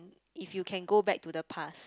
if you can go back to the past